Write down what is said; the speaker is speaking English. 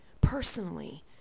personally